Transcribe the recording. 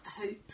hope